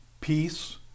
peace